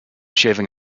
shaving